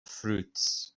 fruits